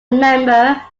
member